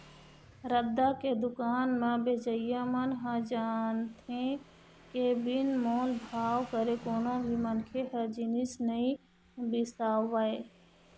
रद्दा के दुकान म बेचइया मन ह जानथे के बिन मोल भाव करे कोनो भी मनखे ह जिनिस नइ बिसावय